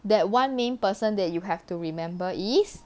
that one main person that you have to remember is